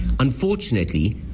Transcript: Unfortunately